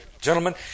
gentlemen